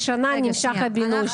דיברת איתי על זה עד היום?